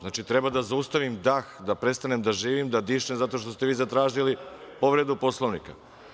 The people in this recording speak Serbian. Znači, treba da zaustavim dah, da prestanem da živim, da dišem zato što ste vi zatražili povredu Poslovnika.